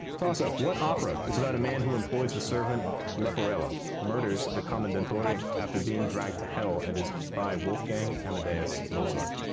toss-up what opera is about a man who employs the servant leporello, murders the commendatore after being dragged to hell, and is by wolfgang amadeus mozart?